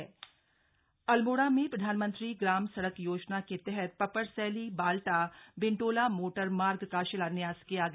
PMGSY शिलान्यास अल्मोड़ा में प्रधानमंत्री ग्राम सड़क योजना के तहत पपरसैली बाल्टा बिंटोला मोटरमार्ग का शिलान्यास किया गया